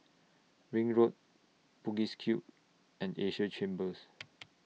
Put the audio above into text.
Ring Road Bugis Cube and Asia Chambers